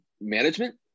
management